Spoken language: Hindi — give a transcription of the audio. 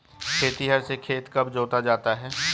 खेतिहर से खेत कब जोता जाता है?